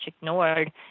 ignored